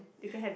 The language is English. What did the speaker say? you can have it